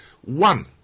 one